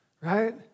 right